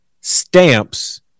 stamps